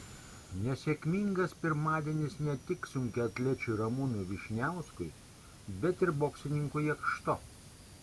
nesėkmingas pirmadienis ne tik sunkiaatlečiui ramūnui vyšniauskui bet ir boksininkui jakšto